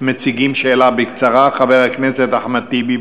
מציגים שאלה בקצרה, חבר הכנסת אחמד טיבי.